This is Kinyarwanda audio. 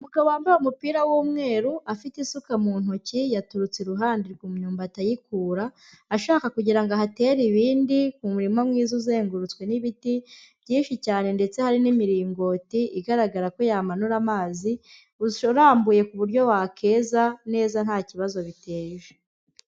Umugabo wambaye umupira w'umweru, afite isuka mu ntoki, yaturutse iruhande ku myumbati ayikura, ashaka kugira ngo ahatere ibindi mu murima mwiza uzengurutswe n'ibiti byinshi cyane ndetse hari n'imiringoti igaragara ko yamanura amazi, gusa urambuye ku buryo bakeza neza nta kibazo biteje.